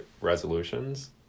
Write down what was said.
resolutions